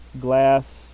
Glass